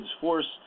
force